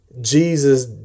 Jesus